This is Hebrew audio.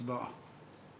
הצבעה.